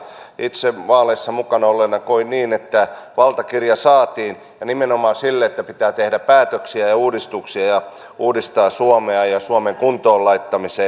itse vaaleissa mukana olleena koin niin että valtakirja saatiin ja nimenomaan sille että pitää tehdä päätöksiä ja uudistuksia ja uudistaa suomea ja suomen kuntoon laittamiseen